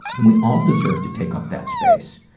and we all deserve to take up that space.